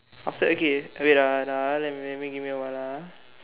after okay wait ah ah let me give me a while lah